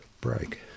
break